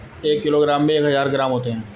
एक किलोग्राम में एक हजार ग्राम होते हैं